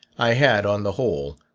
i had, on the whole,